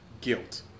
guilt